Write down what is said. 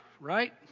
right